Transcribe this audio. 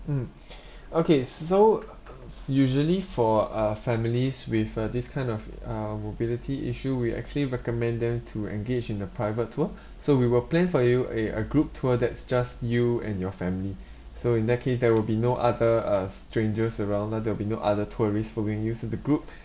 mm okay s~ so usually for uh families with uh this kind of uh mobility issue we actually recommend them to engage in a private tour so we will plan for you a a group tour that's just you and your family so in that case there will be no other uh strangers around lah there will be no other tourists following you so the group